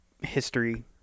history